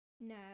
No